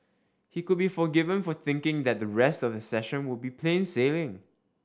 he could be forgiven for thinking that the rest of the session would be plain sailing